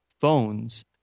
phones